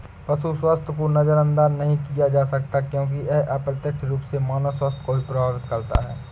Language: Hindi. पशु स्वास्थ्य को नजरअंदाज नहीं किया जा सकता क्योंकि यह अप्रत्यक्ष रूप से मानव स्वास्थ्य को भी प्रभावित करता है